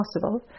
possible